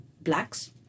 blacks